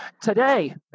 today